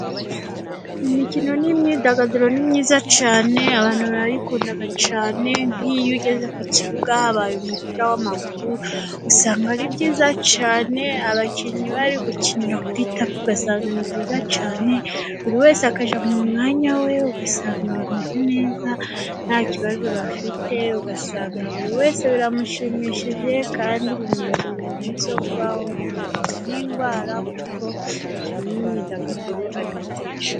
Imikino n'imyidagaduro ni myiza cyane, abantu barayikunda cyane, nk'iyo ugeze ku kibuga habaye umupira w'amaguru usanga ari byiza cyane, abakinnyi bari gukinira kuri tapi, ugasanga ni byiza cyane ,buri wese akajya mu mwanya we ,ugasanga bameze neza ntakibazo bafite, ugasanga buri wese biramushimishije kandi bimwongereye iminsi yo kubaho, bimurinda n'indwara kuko imikino n'imyidagaduro ari byiza cyane.